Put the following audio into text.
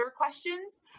questions